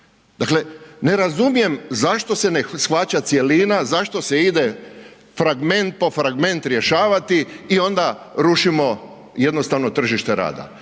Dakle, ne razumijem zašto se ne shvaća cjelina, zašto se ide fragment po fragment rješavati i onda rušimo jednostavno tržište rada.